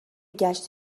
گشت